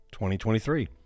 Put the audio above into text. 2023